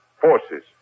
forces